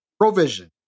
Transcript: Provision